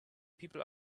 people